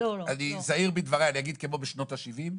אני זהיר בדבריי, אני אגיד כמו בשנות ה-70.